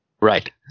Right